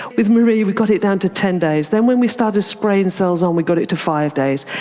with marie we got it down to ten days. then when we started spraying cells on we got it to five days.